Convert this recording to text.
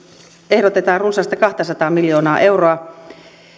ehdotetaan runsasta kahtasataa miljoonaa euroa